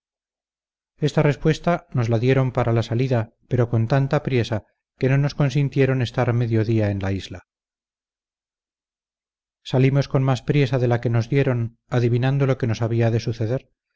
esta respuesta nos la dieron para la salida pero con tanta priesa que no nos consintieron estar medio día en la isla salimos con más priesa de la que nos dieron adivinando lo que nos había de suceder